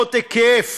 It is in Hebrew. רחבות היקף.